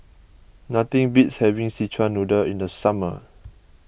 nothing beats having Szechuan Noodle in the summer